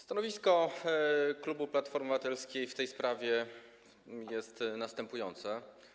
Stanowisko klubu Platformy Obywatelskiej w tej sprawie jest następujące.